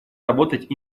работать